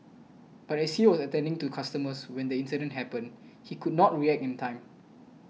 but as he was attending to customers when the incident happened he could not react in time